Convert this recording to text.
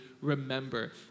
remember